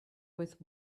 with